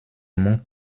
monts